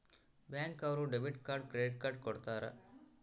bank ಅವ್ರು debit card credit card ಕೊಡ್ತಾರ